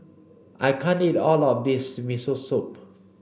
I can't eat all of this Miso Soup